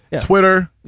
Twitter